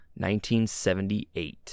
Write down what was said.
1978